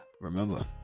remember